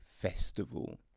festival